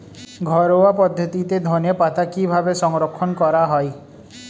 ঘরোয়া পদ্ধতিতে ধনেপাতা কিভাবে সংরক্ষণ করা হয়?